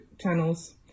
channels